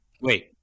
Wait